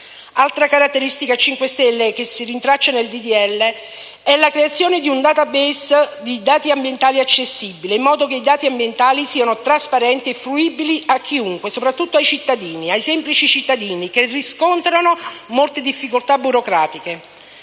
Altra caratteristica a «5 Stelle» che si rintraccia nel disegno di legge è la creazione di un *database* di dati ambientali accessibile, in modo che i dati ambientali siano trasparenti e fruibili a chiunque, soprattutto ai semplici cittadini, che riscontrano molte difficoltà burocratiche.